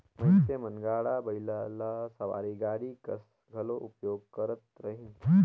मइनसे मन गाड़ा बइला ल सवारी गाड़ी कस घलो उपयोग करत रहिन